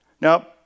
Now